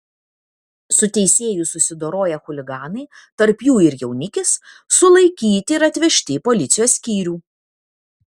su teisėju susidoroję chuliganai tarp jų ir jaunikis sulaikyti ir atvežti į policijos skyrių